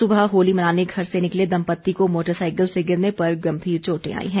सुबह होली मनाने घर से निकले दम्पति को मोटर साइकिल से गिरने पर गंभीर चोटे आई हैं